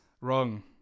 Wrong